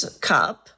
cup